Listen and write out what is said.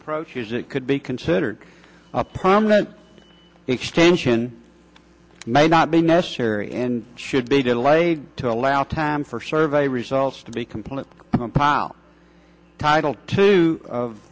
approaches that could be considered a permanent extension may not be necessary and should be delayed to allow time for survey results to be completed pile title to